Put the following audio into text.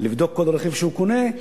לבדוק כל רכב שהוא קונה,